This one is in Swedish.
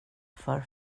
för